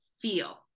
feel